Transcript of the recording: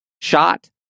shot